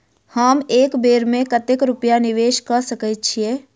हम एक बेर मे कतेक रूपया निवेश कऽ सकैत छीयै?